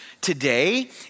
today